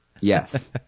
yes